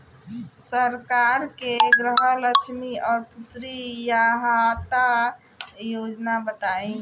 सरकार के गृहलक्ष्मी और पुत्री यहायता योजना बताईं?